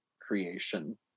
creation